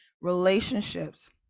relationships